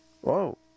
whoa